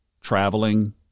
traveling